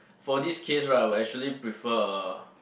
for this case right I would actually prefer a